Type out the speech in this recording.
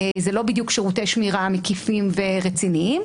זה לא בדיוק שירותי שמירה מקיפים ורציניים,